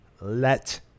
let